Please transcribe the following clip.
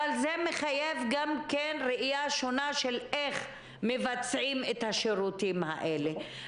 אבל זה מחייב גם כן ראייה שונה בשאלה איך מבצעים את השירותים האלה.